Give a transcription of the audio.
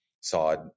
side